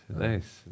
nice